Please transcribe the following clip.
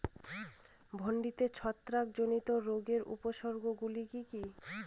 ভিন্ডিতে ছত্রাক জনিত রোগের উপসর্গ গুলি কি কী?